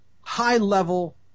high-level